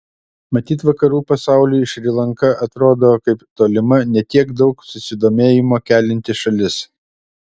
matyt vakarų pasauliui šri lanka atrodo kaip tolima ne tiek daug susidomėjimo kelianti šalis